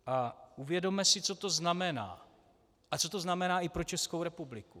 A uvědomme si, co to znamená a co to znamená i pro Českou republiku.